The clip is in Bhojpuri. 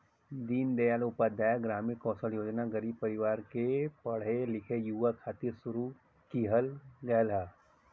दीन दयाल उपाध्याय ग्रामीण कौशल योजना गरीब परिवार के पढ़े लिखे युवा खातिर शुरू किहल गयल हौ